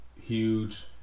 huge